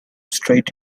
straight